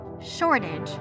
shortage